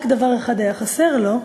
רק דבר אחד היה חסר לו,